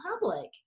public